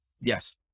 Yes